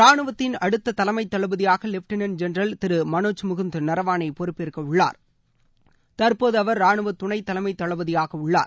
ரானுவத்தின் அடுத்த தலைமை தளபதியாக லெப்டினன்ட் ஜெனரல் திரு மனோஜ் முகுந்த் நரவானே பொறுப்பேற்க உள்ளார் தற்போது அவர் ராணுவ துணை தலைமை தளபதியாக உள்ளார்